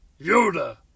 Yoda